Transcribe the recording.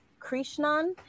Krishnan